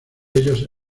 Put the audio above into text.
ellos